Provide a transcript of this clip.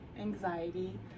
anxiety